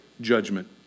judgment